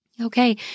Okay